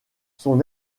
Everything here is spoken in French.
son